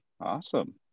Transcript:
Awesome